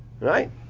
Right